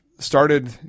Started